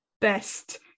best